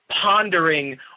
pondering